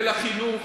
ולחינוך,